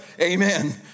Amen